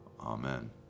Amen